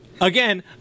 Again